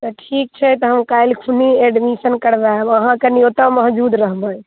तऽ ठीक छै तऽ हम काल्हि खुनी एडमिशन करबायब अहाँ कनि ओतहि मौजूद रहबै